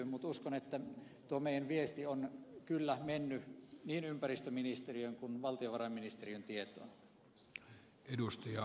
mutta uskon että tuo meidän viestimme on kyllä mennyt niin ympäristöministeriön kuin valtiovarainministeriön tietoon